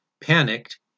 Panicked